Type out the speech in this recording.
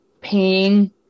paying